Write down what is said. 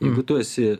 jeigu tu esi